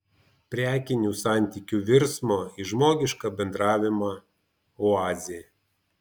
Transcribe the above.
prekinių santykių virsmo į žmogišką bendravimą oazė